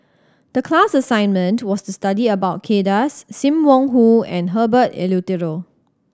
the class assignment to was to study about Kay Das Sim Wong Hoo and Herbert Eleuterio